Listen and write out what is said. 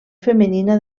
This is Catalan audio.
femenina